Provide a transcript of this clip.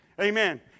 Amen